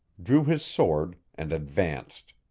drew his sword, and advanced.